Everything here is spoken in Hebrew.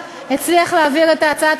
אולי לפעמים את הלחץ,